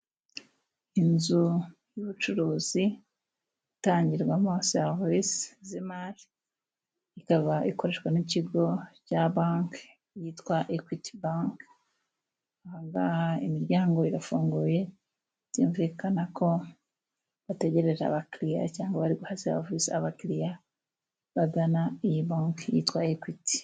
Inzu y'ubucuruzi itangirwamo serivise z'imari, ikaba ikoreshwa n'ikigo cya banke yitwa Ekwiti banke, ahangaha imiryango irafunguye, byumvikana ko bategereje abakiriya cyangwa bari guha serivisi abakiriya bagana iyi banke yitwa Ekwiti.